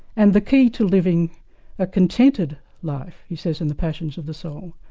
and the key to living a contented life he says in the passions of the soul,